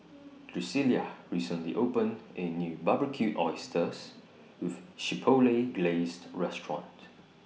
Drucilla recently opened A New Barbecued Oysters with Chipotle Glazed Restaurant